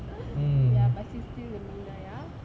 ya but she's still a minah ya